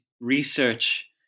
research